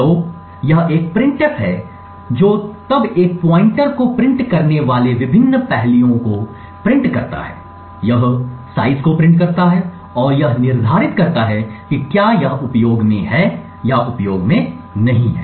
तो यह एक प्रिंटफ है जो तब एक पॉइंटर को प्रिंट करने वाले विभिन्न पहलुओं को प्रिंट करता है यह साइज को प्रिंट करता है और यह निर्धारित करता है कि क्या यह उपयोग में है या उपयोग में नहीं है